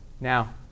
Now